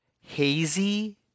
hazy